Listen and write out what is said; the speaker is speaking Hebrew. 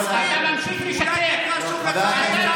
תעשו לי טובה.